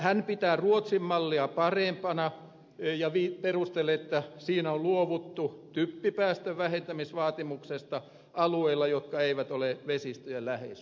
hän pitää ruotsin mallia parempana ja perustelee että siinä on luovuttu typpipäästöjen vähentämisvaatimuksesta alueilla jotka eivät ole vesistöjen läheisyydessä